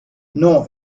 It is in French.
non